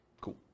Cool